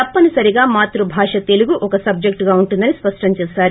తప్పనిసరిగా మాతృభాష తెలుగు ఒక సట్టెక్టుగా ఉంటుందని స్పష్టం చేశారు